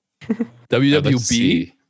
WWB